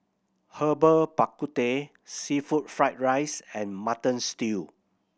Herbal Bak Ku Teh seafood fried rice and Mutton Stew